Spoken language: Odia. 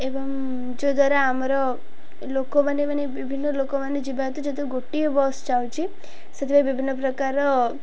ଏବଂ ଯଦ୍ୱାରା ଆମର ଲୋକମାନେ ମାନେ ବିଭିନ୍ନ ଲୋକମାନେ ଯିବା ହେତୁ ଯେହେତୁ ଗୋଟିଏ ବସ୍ ଯାଉଛି ସେଥିପାଇଁ ବିଭିନ୍ନ ପ୍ରକାର